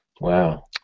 wow